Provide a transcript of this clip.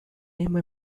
name